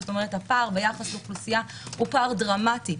זאת אומרת: הפער ביחס לאוכלוסייה הוא פער דרמטי.